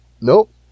Nope